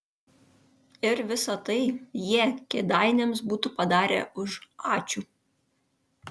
ir visa tai jie kėdainiams būtų padarę už ačiū